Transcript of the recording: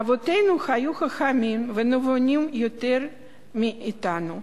אבותינו היו חכמים ונבונים יותר מאתנו.